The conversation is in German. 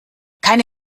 keine